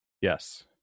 Yes